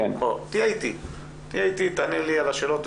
תהיה איתי ותענה לי על השאלות,